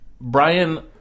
Brian